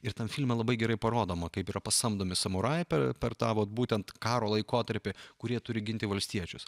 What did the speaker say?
ir tam filme labai gerai parodoma kaip yra pasamdomi samurajai per per tą vot būtent karo laikotarpį kurie turi ginti valstiečius